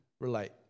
relate